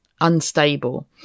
unstable